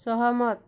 ସହମତ୍